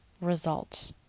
result